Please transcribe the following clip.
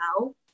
now